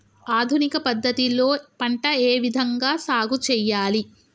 ఆధునిక పద్ధతి లో పంట ఏ విధంగా సాగు చేయాలి?